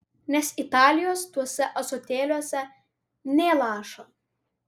nes italijos tuose ąsotėliuose nė lašo